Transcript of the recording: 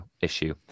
Issue